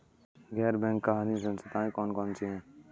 गैर बैंककारी संस्थाएँ कौन कौन सी हैं?